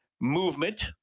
movement